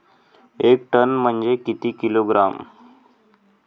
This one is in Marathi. एक टन म्हनजे किती किलोग्रॅम?